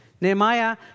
Nehemiah